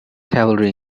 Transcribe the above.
cavalry